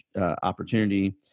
opportunity